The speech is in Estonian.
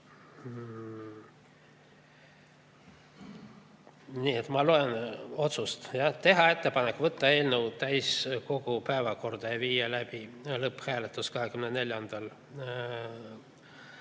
Saar. Ma loen otsust: teha ettepanek võtta eelnõu täiskogu päevakorda ja viia läbi lõpphääletus 24.